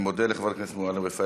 אני מודה לחברת הכנסת מועלם-רפאלי.